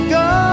go